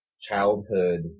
childhood